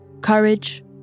courage